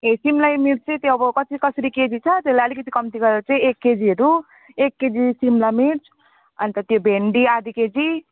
ए सिमला मिर्च त्यही त अब कसरी कसरी केजी छ त्यसलाई अलिकति कम्ती गरेर चाहिँ एक केजीहरू एक केजी सिमला मिर्च अन्त त्यो भेन्डी आधी केजी